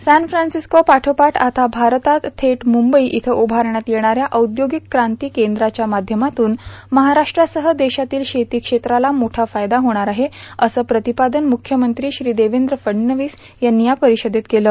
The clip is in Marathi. सॅनफ्रान्सिस्को पाठोपाठ आता भारतात थेट मुंबई इथ उभारण्यात येणा या औद्योगक क्रांती कद्राच्या माध्यमातून महाराष्ट्रासह देशातील शेती क्षेत्राला मोठा फायदा होणार अस प्र्रातपादन मुख्यमंत्री देवद्र फडणवीस यांनी या पारषदेत केलं